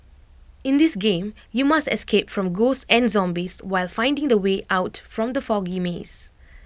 in this game you must escape from ghosts and zombies while finding the way out from the foggy maze